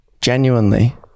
genuinely